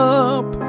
up